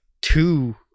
two